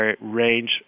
range